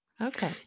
Okay